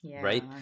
right